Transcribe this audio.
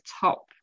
top